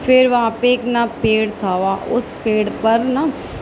پھر وہاں پہ اک نا پیڑ تھا اس پیڑ پر نا